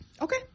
Okay